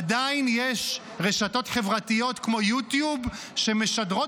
עדיין יש רשתות חברתיות כמו יוטיוב שמשדרות